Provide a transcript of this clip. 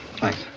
thanks